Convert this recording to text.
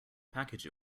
package